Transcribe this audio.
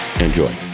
Enjoy